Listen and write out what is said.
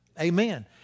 Amen